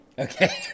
okay